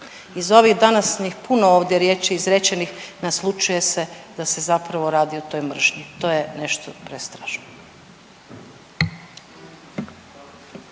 Iz ovih današnjih puno ovdje riječi izrečenih naslućuje se da se zapravo radi o toj mržnji. To je nešto prestrašno.